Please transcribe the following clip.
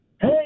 Hey